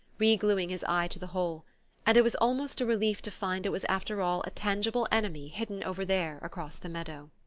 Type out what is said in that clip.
regluing his eye to the hole and it was almost a relief to find it was after all a tangible enemy hidden over there across the meadow.